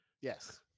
Yes